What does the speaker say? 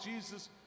Jesus